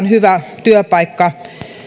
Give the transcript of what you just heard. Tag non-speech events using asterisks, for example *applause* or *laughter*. *unintelligible* hyvä työpaikka